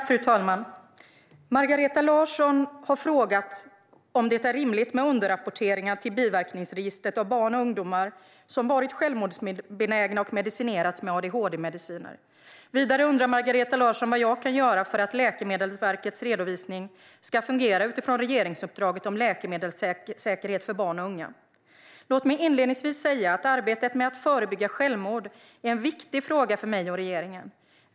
Fru talman! Margareta Larsson har frågat om det är rimligt med underrapporteringar till biverkningsregistret av barn och ungdomar som varit självmordsbenägna och medicinerats med "adhd-mediciner". Vidare undrar Margareta Larsson vad jag kan göra för att Läkemedelsverkets redovisning ska fungera utifrån regeringsuppdraget om läkemedelssäkerhet för barn och unga. Låt mig inledningsvis säga att arbetet med att förebygga självmord är en viktig fråga för mig och för regeringen.